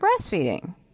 breastfeeding